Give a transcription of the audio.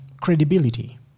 Credibility